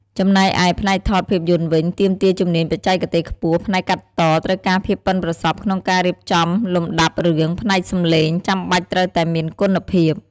ចំណែកឯ ផ្នែកថតភាពយន្តវិញ ទាមទារជំនាញបច្ចេកទេសខ្ពស់ ផ្នែកកាត់ត ត្រូវការភាពប៉ិនប្រសប់ក្នុងការរៀបចំលំដាប់រឿង ផ្នែកសំឡេង ចាំបាច់ត្រូវតែមានគុណភាព។